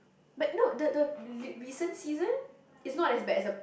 but no the the re~ recent season is not as bad as the